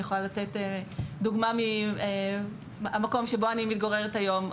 אני יכולה לתת דוגמה מהמקום בו אני מתגוררת היום,